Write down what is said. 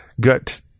gut